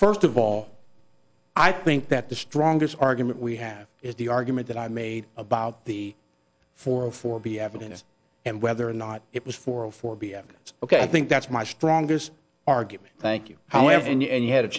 first of all i think that the strongest argument we have is the argument that i made about the four four b evidence and whether or not it was four or four b s it's ok i think that's my strongest argument thank you however and you had a